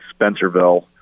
Spencerville